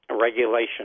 regulation